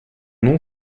nom